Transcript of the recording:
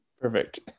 Perfect